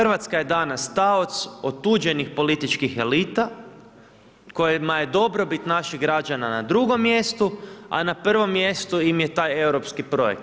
RH je danas taoc otuđenih političkih elita kojima je dobrobit naših građana na drugom mjestu, a na prvom mjestu im je taj europski projekt.